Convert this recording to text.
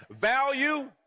value